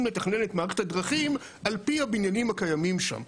לתכנן את מערכת הדרכים על פי הבניינים הקיימים שם,